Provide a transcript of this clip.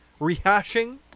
rehashing